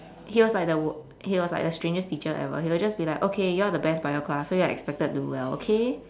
he was like the w~ he was like the strangest teacher ever he will just be like okay you all are the best bio class so you're expected to do well okay